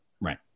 right